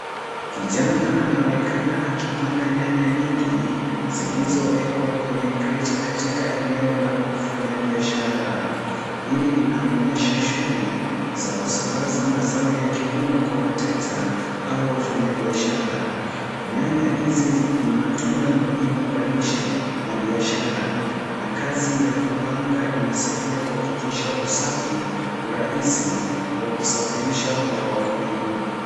Kijana anaonekana akipanga nyanya nyingi zilizowekwa kwenye kreti katika eneo la kufanya biashara. Hili linaonyesha shughuli za kusambaza mazao ya kilimo kwa wateja au wafanya biashara. Nyanya hizi ni matunda muhimu kwa lishe na biashara na kazi ya kupanga inasaidia kuhakikisha usafi, urahisi wa kusafirisha kwa wakulima.